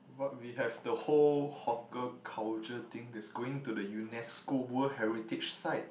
what we have the whole hawker culture thing that's going to the u_n_e_s_c_o World Heritage Site